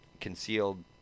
concealed